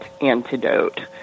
antidote